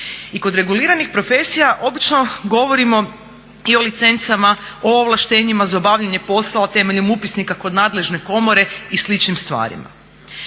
I kod reguliranih profesija obično govorimo i licencama, o ovlaštenjima za obavljanje posla temeljem upisnika kod nadležne komore i sličnim stvarima.